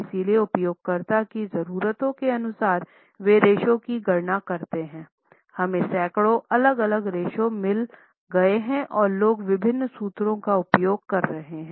इसलिए उपयोगकर्ता की ज़रूरतों के अनुसार वे रेश्यो की गणना करते हैं हमें सैकड़ों अलग अलग रेश्यो मिल गए है और लोग विभिन्न सूत्रों का उपयोग कर सकते हैं